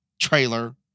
trailer